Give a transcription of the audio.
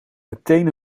meteen